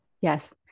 Yes